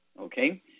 Okay